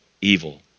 evil